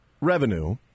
revenue